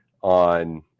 on